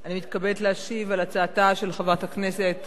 אני מתכבדת להשיב על הצעתה של חברת הכנסת